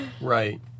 Right